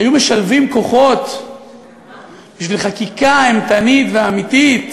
היו משלבים כוחות בשביל חקיקה אימתנית ואמיתית